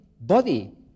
body